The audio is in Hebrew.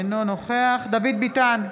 אינו נוכח דוד ביטן,